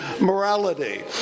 morality